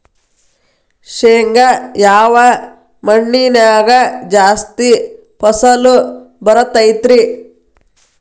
ಶೇಂಗಾ ಯಾವ ಮಣ್ಣಿನ್ಯಾಗ ಜಾಸ್ತಿ ಫಸಲು ಬರತೈತ್ರಿ?